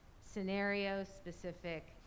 scenario-specific